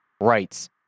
rights